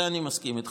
זה אני מסכים איתך.